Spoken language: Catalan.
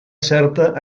certa